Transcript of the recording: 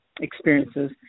experiences